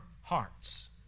hearts